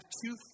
two